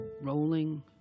rolling